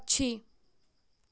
पक्षी